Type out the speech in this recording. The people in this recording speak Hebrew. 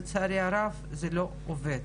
לצערי הרב זה לא עובד.